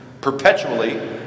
perpetually